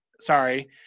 sorry